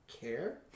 care